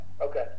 Okay